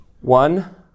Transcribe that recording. one